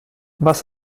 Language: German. was